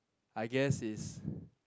I guess its